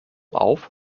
auf